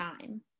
time